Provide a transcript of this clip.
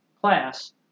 class